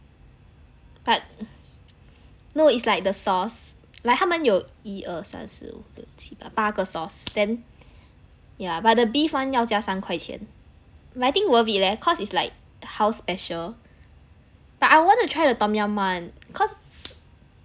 but no it's like the sauce like 他们有一二三四五七八八个 sauce then yeah but the beef one 要加三块钱 but I think worth it leh cause it's like house special but I want to try the tom yum [one] cause